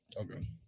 Okay